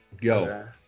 Yo